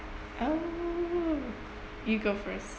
oh you go first